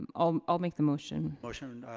um i'll make the motion. motion,